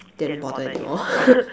didn't bother anymore